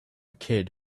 kid